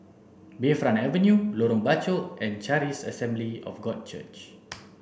Bayfront Avenue Lorong Bachok and Charis Assembly of God Church